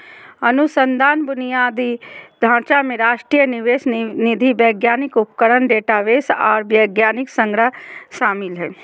अनुसंधान बुनियादी ढांचा में राष्ट्रीय निवेश निधि वैज्ञानिक उपकरण डेटाबेस आर वैज्ञानिक संग्रह शामिल हइ